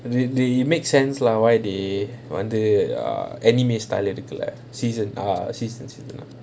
they they make sense lah why they wanted the anime style எடுக்கல:edukala season err season